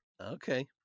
Okay